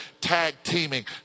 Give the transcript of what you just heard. tag-teaming